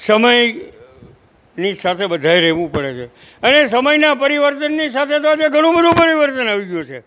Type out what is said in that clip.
સમયની સાથે બધાંએ રહેવું પડે છે અને સમયના પરિવર્તનની સાથે સાથે ઘણું બધું પરિવર્તન આવી ગયું છે